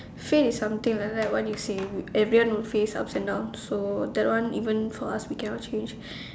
fate is something like like what you say everyone will face ups and downs so that one even for us we cannot change